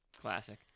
Classic